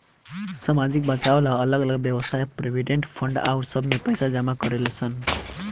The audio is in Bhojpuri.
सामाजिक बचाव ला अलग अलग वयव्साय प्रोविडेंट फंड आउर सब में पैसा जमा करेलन सन